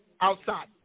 outside